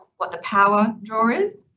what the power draw is